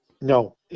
No